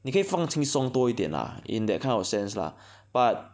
你可以放轻松多一点 lah in that kind of sense lah but